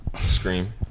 Scream